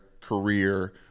career